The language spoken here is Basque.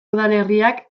udalerriak